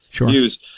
news